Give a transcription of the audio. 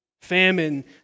famine